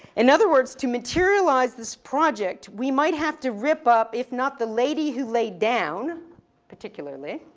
in other words to materialize this project, we might have to rip up, if not the lady who lay down particularly,